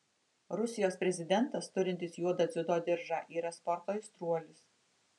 rusijos prezidentas turintis juodą dziudo diržą yra sporto aistruolis